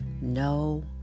no